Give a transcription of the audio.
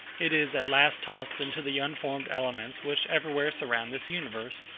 it is at last tossed into the unformed elements which every where surround this universe,